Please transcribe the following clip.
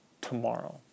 tomorrow